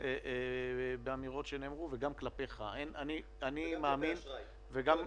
באמירות שנאמרו וגם כלפיך, משה ברקת.